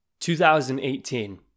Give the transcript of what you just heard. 2018